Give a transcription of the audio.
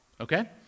Okay